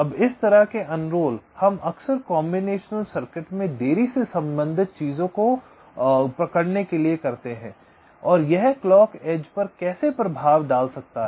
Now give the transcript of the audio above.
अब इस तरह के उणरोल हम अक्सर कॉम्बिनेशन सर्किट में देरी से संबंधित चीजों को पकड़ने के लिए करते हैं और यह क्लॉक एज पर कैसे प्रभाव डाल सकता है